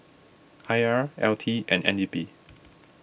I R L T and N D P